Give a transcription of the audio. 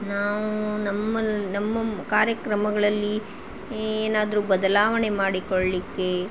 ನಾವು ನಮ್ಮಲ್ಲಿ ನಮ್ಮ ಕಾರ್ಯಕ್ರಮಗಳಲ್ಲಿ ಏನಾದರೂ ಬದಲಾವಣೆ ಮಾಡಿಕೊಳ್ಲಿಕ್ಕೆ